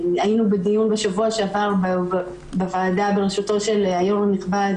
היינו בדיון בשבוע שעבר בוועדה ברשותו של היו"ר הנכבד,